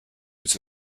its